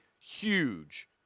huge